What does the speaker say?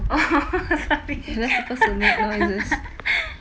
oh sorry